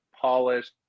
polished